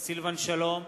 סילבן שלום,